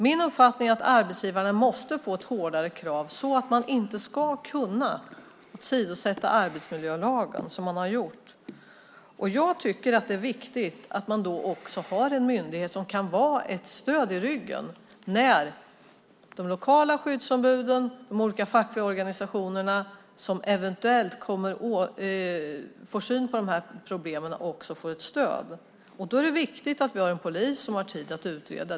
Min uppfattning är att arbetsgivarna måste få hårdare krav så att man inte ska kunna åsidosätta arbetsmiljölagen som man har gjort. Jag tycker att det är viktigt att vi då också har en myndighet som kan vara ett stöd i ryggen för lokala skyddsombud och olika fackliga organisationer som eventuellt får syn på dessa problem. Då är det viktigt att vi har en polis som har tid att utreda.